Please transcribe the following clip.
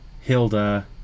Hilda